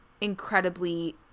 incredibly